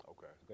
Okay